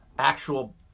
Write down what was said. Actual